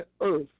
earth